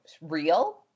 real